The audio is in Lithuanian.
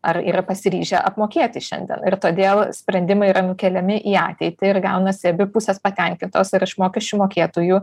ar yra pasiryžę apmokėti šiandien ir todėl sprendimai yra nukeliami į ateitį ir gaunasi abi pusės patenkintos ir iš mokesčių mokėtojų